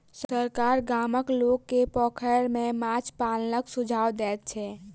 सरकार गामक लोक के पोखैर में माछ पालनक सुझाव दैत छै